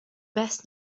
best